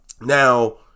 Now